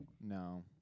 No